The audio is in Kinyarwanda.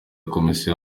komisiyo